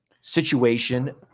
situation